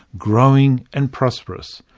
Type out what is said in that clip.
growing and prosperous.